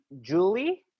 Julie